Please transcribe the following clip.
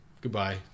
Goodbye